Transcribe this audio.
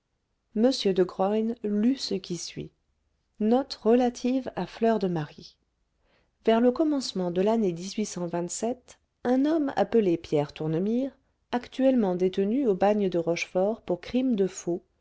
m de graün lut ce qui suit note relative à fleur de marie vers le commencement de l'année un homme appelé pierre tournemine actuellement détenu au bagne de rochefort pour crime de faux